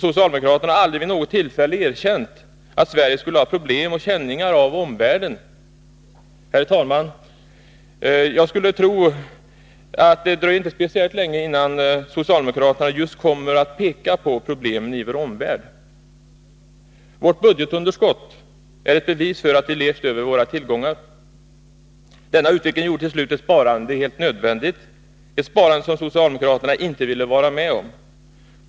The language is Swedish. Socialdemokraterna har aldrig vid något tillfälle erkänt att Sverige skulle ha problem och störningar på grund av omvärlden. Jag skulle tro, herr talman, att det inte dröjer speciellt länge innan socialdemokraterna just kommer att peka på problemen i vår omvärld. Vårt budgetunderskott är ett bevis för att vi levt över våra tillgångar. Denna utveckling gjorde till slut ett sparande helt nödvändigt — ett sparande som socialdemokraterna inte ville vara med om.